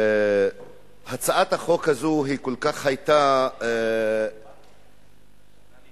הצעת החוק הזאת התאימה